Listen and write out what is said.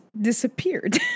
disappeared